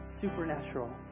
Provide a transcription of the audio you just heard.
supernatural